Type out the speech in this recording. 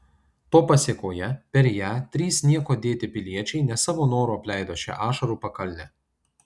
to pasėkoje per ją trys nieko dėti piliečiai ne savo noru apleido šią ašarų pakalnę